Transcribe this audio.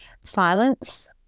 Silence